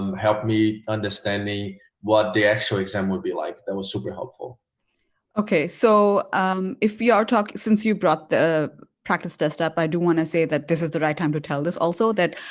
um help me understand me what they actually exam would be like that was super helpful okay so um if we are talking since you brought the practice test up i do want to say that this is the right time to tell this also that